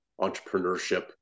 entrepreneurship